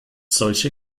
solche